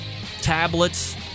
tablets